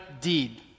deed